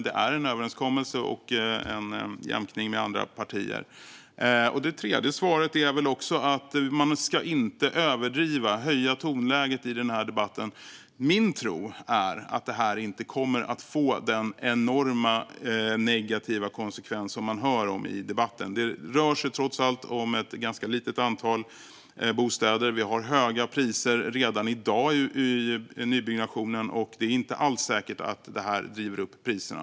Det är en överenskommelse och jämkning med andra partier. Ett tredje svar är att man inte ska överdriva och höja tonläget i debatten. Min tro är att detta inte kommer att få den enorma, negativa konsekvens som man hör om i debatten. Det rör sig trots allt om ett litet antal bostäder. Vi har redan i dag höga priser i nybyggnationen, och det är inte alls säkert att just detta driver upp priserna.